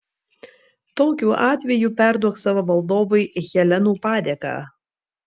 tokiu atveju perduok savo valdovui helenų padėką